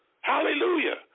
Hallelujah